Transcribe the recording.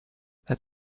that